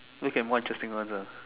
maybe can more interesting ones ah